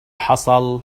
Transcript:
حصل